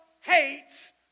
hates